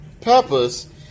peppers